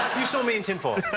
you saw me in tinfoil.